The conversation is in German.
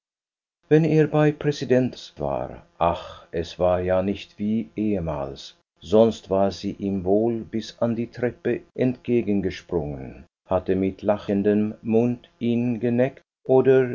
wenn er bei präsidents war ach es war ja nicht wie ehemals sonst war sie ihm wohl bis an die treppe entgegengesprungen hatte mit lachendem mund ihn geneckt oder